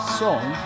song